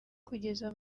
kugeza